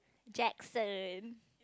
Jackson